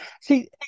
See